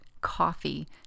coffee